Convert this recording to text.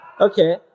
Okay